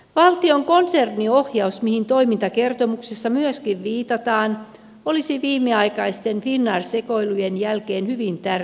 valtion konserniohjaus mihin toimintakertomuksessa myöskin viitataan olisi viimeaikaisten finnair sekoilujen jälkeen hyvin tärkeä sektori